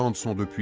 um soldiers